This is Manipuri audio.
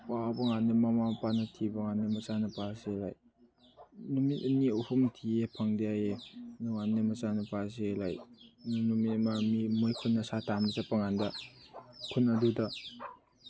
ꯃꯃꯥ ꯃꯄꯥꯅ ꯊꯤꯕꯀꯥꯟꯗ ꯃꯆꯥ ꯅꯨꯄꯥꯁꯦ ꯂꯥꯏꯛ ꯅꯨꯃꯤꯠ ꯑꯅꯤ ꯑꯍꯨꯝ ꯊꯤꯌꯦ ꯐꯪꯗꯦ ꯍꯥꯏꯌꯦ ꯑꯗꯨꯀꯥꯟꯗ ꯃꯆꯥꯅꯨꯄꯥꯁꯦ ꯂꯥꯏꯛ ꯅꯨꯃꯤꯠ ꯑꯃ ꯃꯤ ꯃꯣꯏ ꯈꯨꯟꯗ ꯁꯥ ꯇꯥꯟꯕ ꯆꯠꯄꯀꯥꯟꯗ ꯈꯨꯟ ꯑꯗꯨꯗ